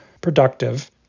productive